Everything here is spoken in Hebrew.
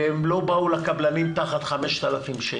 והם לא באו לקבלנים תחת 5,000 שקל.